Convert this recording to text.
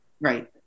Right